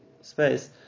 space